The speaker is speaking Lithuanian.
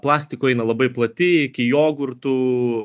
plastiko eina labai plati iki jogurtų